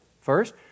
First